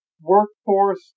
workforce